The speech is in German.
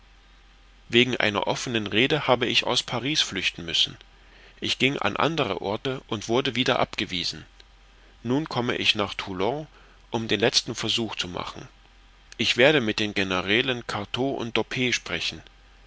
wegen einer offenen rede habe ich aus paris flüchten müssen ich ging an andere orte und wurde wieder abgewiesen nun komme ich nach toulon um den letzten versuch zu machen ich werde mit den generalen cartaux und doppet sprechen